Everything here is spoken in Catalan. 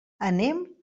anem